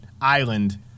island